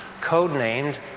codenamed